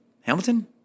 Hamilton